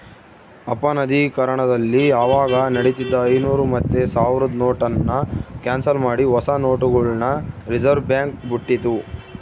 ಅಪನಗದೀಕರಣದಲ್ಲಿ ಅವಾಗ ನಡೀತಿದ್ದ ಐನೂರು ಮತ್ತೆ ಸಾವ್ರುದ್ ನೋಟುನ್ನ ಕ್ಯಾನ್ಸಲ್ ಮಾಡಿ ಹೊಸ ನೋಟುಗುಳ್ನ ರಿಸರ್ವ್ಬ್ಯಾಂಕ್ ಬುಟ್ಟಿತಿ